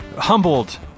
humbled